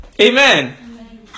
Amen